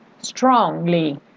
strongly